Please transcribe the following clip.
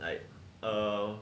I